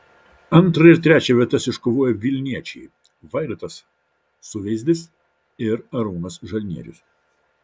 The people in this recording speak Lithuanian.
antrą ir trečią vietas iškovojo vilniečiai vaidotas suveizdis ir arūnas žalnierius